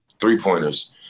three-pointers